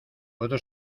puedo